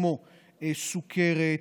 כמו סוכרת,